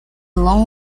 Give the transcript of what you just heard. long